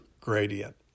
gradient